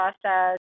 process